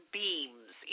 beams